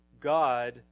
God